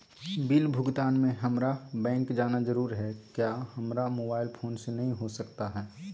Bill भुगतान में हम्मारा बैंक जाना जरूर है क्या हमारा मोबाइल फोन से नहीं हो सकता है?